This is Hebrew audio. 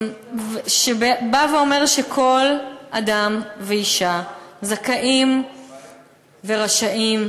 באה ואומרת שכל אדם ואישה זכאים ורשאים,